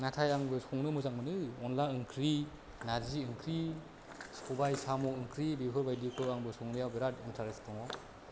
नाथाय आंबो संनो मोजां मोनो अनद्ला ओंख्रि नारजि ओंख्रि सबाय साम' ओंख्रि बेफोरबायदिखौ आंबो संनायाव बिराद इन्ट्रेस्ट दङ